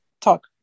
talk